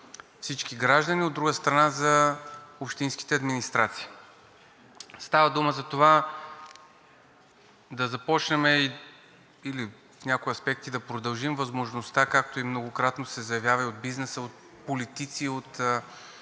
всички граждани, от друга страна, за общинските администрации. Става дума за това да започнем или в някои аспекти да продължим възможността, както и многократно се заявява и от бизнеса, от политици, от